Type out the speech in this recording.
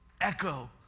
echo